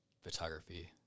photography